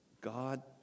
God